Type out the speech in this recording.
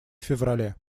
феврале